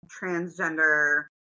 transgender